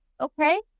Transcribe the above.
okay